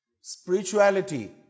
Spirituality